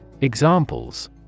Examples